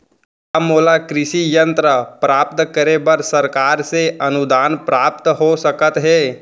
का मोला कृषि यंत्र प्राप्त करे बर सरकार से अनुदान प्राप्त हो सकत हे?